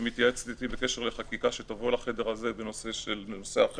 שמתייעצת איתי בקשר לחקיקה שתבוא לחדר הזה בנושא אחר,